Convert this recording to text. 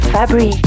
Fabri